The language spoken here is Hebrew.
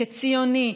כציוני,